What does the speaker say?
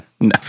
No